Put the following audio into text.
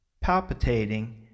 palpitating